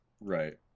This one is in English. Right